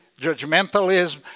judgmentalism